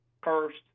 first